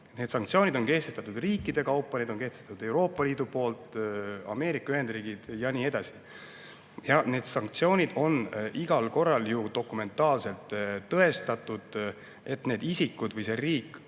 Need sanktsioonid on kehtestatud riikide kaupa, on kehtestatud Euroopa Liidu ja Ameerika Ühendriikide poolt ja nii edasi. Nende sanktsioonide puhul on igal korral dokumentaalselt tõestatud, et need isikud või see riik